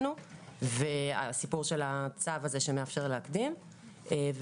עניין הצו הזה שמאפשר להקדים הוגש בלי ידיעתנו.